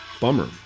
Bummer